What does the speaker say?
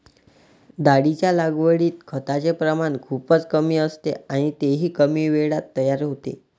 डाळींच्या लागवडीत खताचे प्रमाण खूपच कमी असते आणि तेही कमी वेळात तयार होते